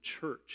church